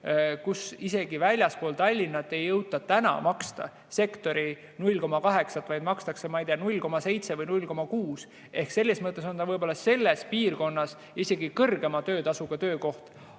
kus isegi väljaspool Tallinna ei jõuta täna maksta sektori 0,8, vaid makstakse, ma ei tea, 0,7 või 0,6, ehk selles mõttes on ta võib-olla selles piirkonnas isegi kõrgema töötasuga töökoht.